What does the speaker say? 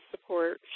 support